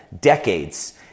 Decades